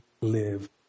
live